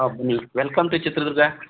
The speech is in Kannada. ಹಾಂ ಬನ್ನಿ ವೆಲ್ಕಮ್ ಟು ಚಿತ್ರದುರ್ಗ